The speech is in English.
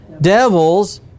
Devils